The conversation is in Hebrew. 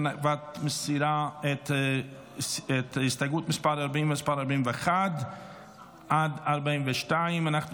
את מסירה את הסתייגות 40 ומס' 41 עד 42. אנחנו